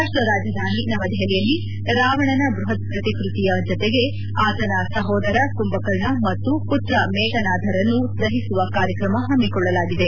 ರಾಷ್ಟ ರಾಜಧಾನಿ ನವದೆಹಲಿಯಲ್ಲಿ ರಾವಣನ ಬೃಹತ್ ಪ್ರತಿಕೃತಿಯ ಜತೆಗೆ ಆತನ ಸಹೋದರ ಕುಂಭಕರ್ಣ ಮತ್ತು ಪುತ್ರ ಮೇಘನಾದರನ್ನು ದಹಿಸುವ ಕಾರ್ಯಕ್ರಮ ಹಮ್ಸಿಕೊಳ್ಳಲಾಗಿದೆ